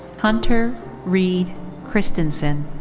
hunter reid christensen.